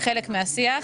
חלק מהשיח,